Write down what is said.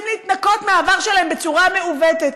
להתנקות מהעבר שלהם בצורה מעוותת.